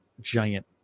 giant